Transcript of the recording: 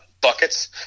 buckets